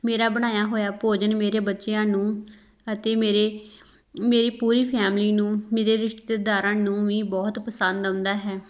ਮੇਰਾ ਬਣਾਇਆ ਹੋਇਆ ਭੋਜਨ ਮੇਰੇ ਬੱਚਿਆਂ ਨੂੰ ਅਤੇ ਮੇਰੇ ਮੇਰੀ ਪੂਰੀ ਫੈਮਿਲੀ ਨੂੰ ਮੇਰੇ ਰਿਸ਼ਤੇਦਾਰਾਂ ਨੂੰ ਵੀ ਬਹੁਤ ਪਸੰਦ ਆਉਂਦਾ ਹੈ